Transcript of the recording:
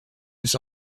its